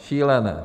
Šílené!